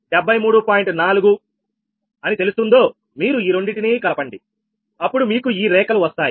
4 అది తెలుస్తుందో మీరు ఈ రెండిటినీ కలపండి అప్పుడు మీకు ఈ రేఖలు వస్తాయి